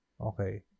Okay